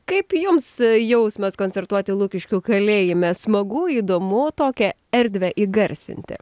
kaip jums jausmas koncertuoti lukiškių kalėjime smagu įdomu tokią erdvę įgarsinti